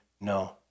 no